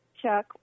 Chuck